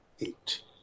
eight